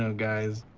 so guys?